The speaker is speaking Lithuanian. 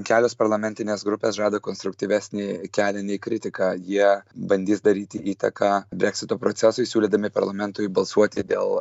kelios parlamentinės grupės žada konstruktyvesnį kelią nei kritiką jie bandys daryti įtaką breksito procesui siūlydami parlamentui balsuoti dėl